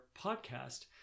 podcast